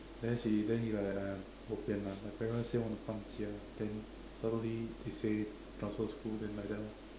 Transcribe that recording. then he then he like !aiya! bo pian my parents say want to 搬家 then suddenly they said transfer school then like that orh